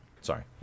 Sorry